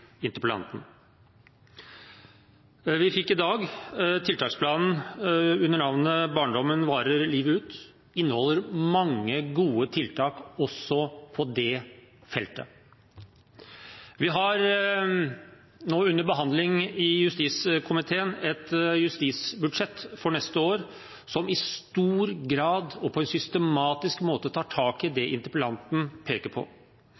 interpellanten. Vi fikk i dag tiltaksplanen med navnet En god barndom varer livet ut. Den inneholder mange gode tiltak også på det feltet. Vi har nå under behandling i justiskomiteen et justisbudsjett for neste år som i stor grad og på en systematisk måte tar tak i det interpellanten peker på.